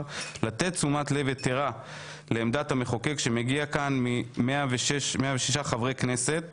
לתת תשומת לב יתרה לעמדת המחוקק שמגיע כאן עם 106 חברי כנסת